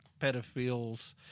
pedophiles